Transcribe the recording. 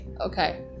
Okay